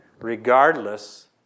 regardless